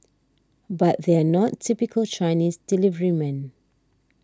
but they're not typical Chinese deliverymen